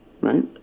right